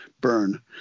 burn